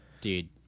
Dude